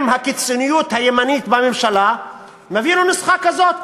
הקיצוניות הימנית בממשלה מביאים לנוסחה כזאת